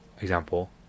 example